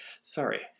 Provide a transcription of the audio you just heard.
Sorry